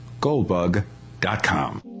Goldbug.com